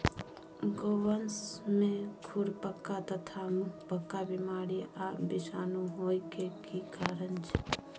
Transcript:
गोवंश में खुरपका तथा मुंहपका बीमारी आ विषाणु होय के की कारण छै?